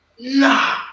nah